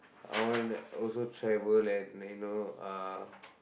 I wanna also travel and and you know uh